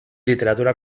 literatura